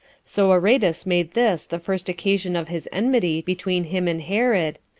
so aretas made this the first occasion of his enmity between him and herod,